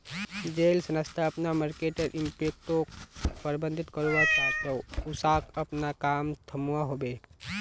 जेल संस्था अपना मर्केटर इम्पैक्टोक प्रबधित करवा चाह्चे उसाक अपना काम थम्वा होबे